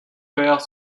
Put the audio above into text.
faire